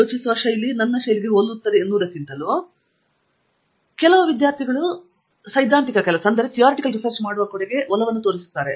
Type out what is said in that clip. ಯೋಚಿಸುವ ಶೈಲಿ ಹೋಲುತ್ತದೆ ಎನ್ನುವುದಕ್ಕಿಂತ ನಾನು ಭಾವಿಸುತ್ತೇನೆ ಕೆಲವು ವಿದ್ಯಾರ್ಥಿಗಳು ನಿಜವಾಗಿಯೂ ಸೈದ್ಧಾಂತಿಕ ಕೆಲಸವನ್ನು ಮಾಡುವ ಕಡೆಗೆ ಒಲವನ್ನು ತೋರುತ್ತಾರೆ